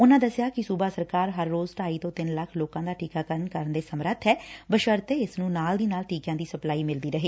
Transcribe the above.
ਉਨੂਂ ਦਸਿਆ ਕਿ ਸੁਬਾ ਸਰਕਾਰ ਹਰ ਰੋਜ਼ ਢਾਈ ਤੋਂ ਤਿੰਨ ਲੱਖ ਲੋਕਾਂ ਦਾ ਟੀਕਾਕਰਨ ਕਰਨ ਦੇ ਸਮਰੱਥ ਐ ਬਸ਼ਰਤੇ ਇਸ ਨੂੰ ਨਾਲ ਦੀ ਨਾਲ ਟੀਕਿਆਂ ਦੀ ਸਪਲਾਈ ਮਿਲਦੀ ਰਹੇ